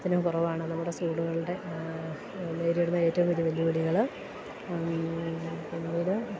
തിനും കുറവാണ് നമ്മുടെ സ്കൂളുകളുടെ നേരിടുന്ന ഏറ്റവും വലിയ വെല്ലുവിളികള് പിന്നീട്